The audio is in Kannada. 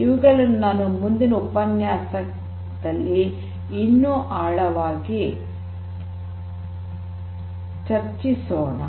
ಇವುಗಳನ್ನು ಮುಂದಿನ ಉಪನ್ಯಾಸದಲ್ಲಿ ಇನ್ನು ಆಳವಾಗಿ ಚರ್ಚಿಸೋಣ